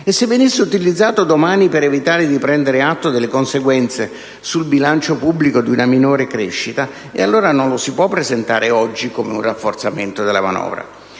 E se venisse utilizzato domani per evitare di prendere atto della conseguenze sul bilancio pubblico di una minore crescita, allora non lo si può presentare oggi come un rafforzamento della manovra.